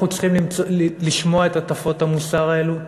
אנחנו צריכים לשמוע את הטפות המוסר האלו?